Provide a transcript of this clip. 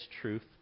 truth